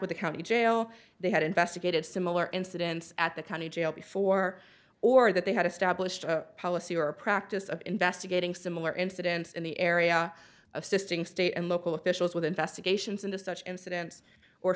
with the county jail they had investigated similar incidents at the county jail before or that they had established a policy or a practice of investigating similar incidents in the area assisting state and local officials with investigations into such incidents or